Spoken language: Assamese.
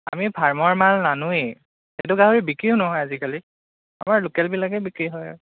আমি ফাৰ্মৰ মাল নানোৱেই সেইটো গাহৰি বিক্ৰীও নহয় আজিকালি আমাৰ লোকেলবিলাকেই বিক্ৰী হয় আৰু